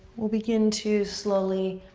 we'll begin to slowly